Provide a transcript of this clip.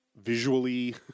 visually